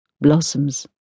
Blossoms